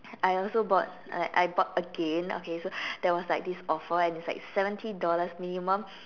I also bought like I bought again okay so there was like this offer and it's like seventy dollars minimum